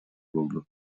болду